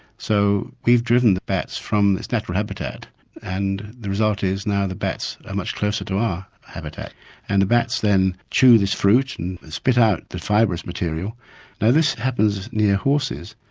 so we've driven the bats from its natural habitat and the result is now the bats are much closer to our habitat and the bats then chew this fruit and spit out the fibrous material. now this happens near horses,